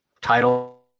title